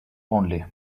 only